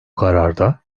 kararda